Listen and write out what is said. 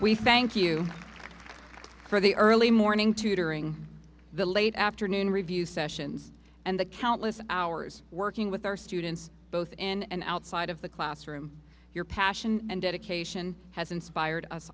we thank you for the early morning tutoring the late afternoon review sessions and the countless hours working with our students both in and outside of the classroom your passion and dedication has inspired us